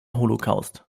holocaust